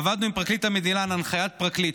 עבדנו עם פרקליט המדינה על הנחיית פרקליט,